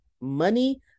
money